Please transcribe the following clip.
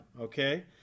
okay